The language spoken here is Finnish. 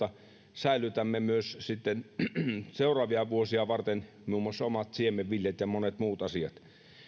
säilytämme myös sitten seuraavia vuosia varten muun muassa omat siemenviljat ja monet muut asiat